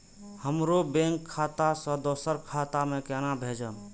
हमरो बैंक खाता से दुसरा खाता में केना भेजम?